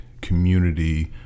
community